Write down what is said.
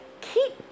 keep